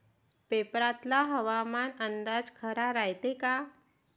पेपरातला हवामान अंदाज खरा रायते का?